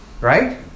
Right